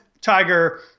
tiger